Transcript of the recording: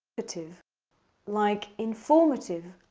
ative like, informative.